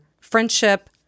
friendship